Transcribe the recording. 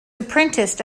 apprenticed